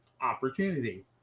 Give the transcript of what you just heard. opportunity